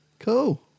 Cool